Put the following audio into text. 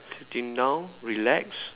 sitting down relax